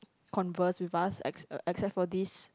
converse with us ex~ uh except for this